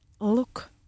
look